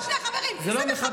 שנייה, זה לא מחבל.